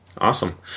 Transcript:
Awesome